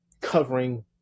covering